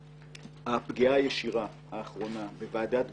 הפגיעה הישירה האחרונה בוועדת גולדברג,